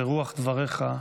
ברוח דבריך,